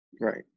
Right